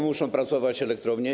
Muszą pracować elektrownie.